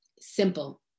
Simple